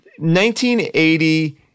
1980